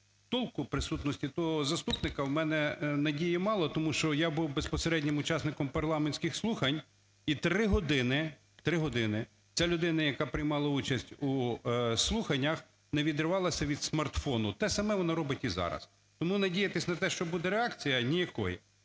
Толку присутності того заступника у мене надії мало, тому що я був безпосереднім учасником парламентських слухань, і три години, три години, ця людина, яка приймала участь у слуханнях, не відривалася від смартфону. Те саме він робить і зараз. Тому надіятись, на те, що буде реакція, ніякої.